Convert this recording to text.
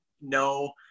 no